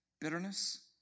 bitterness